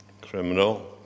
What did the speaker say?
criminal